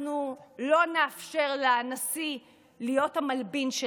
אנחנו לא נאפשר לנשיא להיות המלבין שלכם.